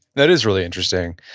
that is really interesting.